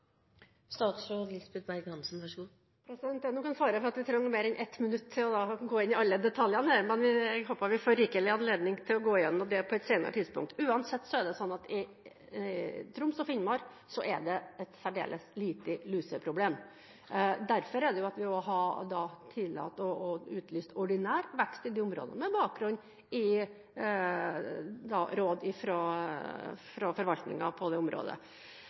er nok fare for at det trengs mer enn 1 minutt til å gå inn i alle detaljene her, men jeg håper vi får rikelig anledning til å gå igjennom det på et senere tidspunkt. Uansett er det slik at det i Troms og Finnmark er et særdeles lite lusproblem. Derfor er det vi har tillatt å utlyse ordinær grønn vekst i de områdene – på bakgrunn av råd fra forvaltningen på det området.